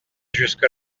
jusque